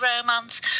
romance